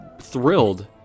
thrilled